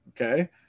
Okay